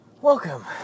welcome